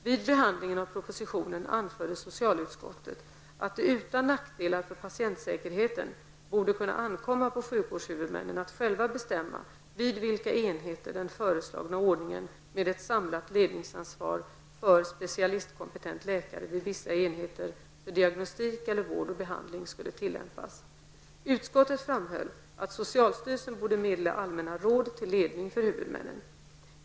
Vid behandlingen av propositionen anförde socialutskottet att det utan nackdelar för patientsäkerheten borde kunna ankomma på sjukvårdshuvudmännen att själva bestämma vid vilka enheter den föreslagna ordningen med ett samlat ledningsansvar för specialistkompetent läkare vid vissa enheter för diagnostik eller vård och behandling skulle tillämpas. Utskottet framhöll att socialstyrelsen borde meddela allmänna råd till ledning för huvudmännen.